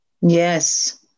Yes